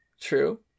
true